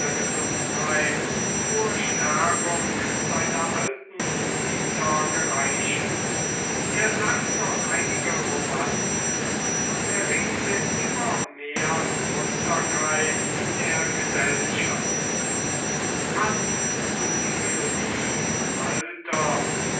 gesundheit zur stärkung seiner alten glieder gereichen er sang noch einige romanzen und erregte immer mehr munterkeit in der gesellschaft kannst du die melodie alter